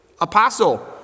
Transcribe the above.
apostle